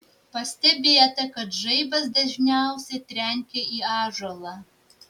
pastebėta kad žaibas dažniausiai trenkia į ąžuolą